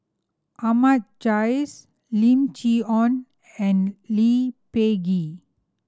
Ahmad Jais Lim Chee Onn and Lee Peh Gee